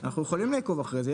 כן, אנחנו יכולים לעקוב אחרי זה.